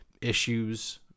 issues